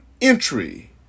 entry